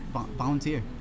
volunteer